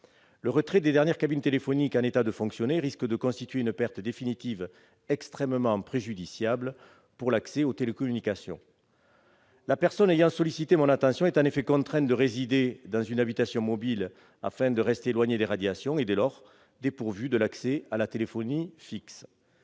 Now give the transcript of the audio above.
Le retrait des dernières cabines téléphoniques en état de fonctionner risque de constituer une perte définitive, extrêmement préjudiciable, pour l'accès aux télécommunications. La personne ayant sollicité mon attention étant en effet contrainte de résider dans une habitation mobile, afin de rester éloignée des radiations, elle est dès lors privée de l'accès à la téléphonie fixe.